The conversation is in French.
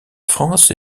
france